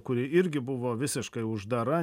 kuri irgi buvo visiškai uždara